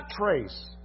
trace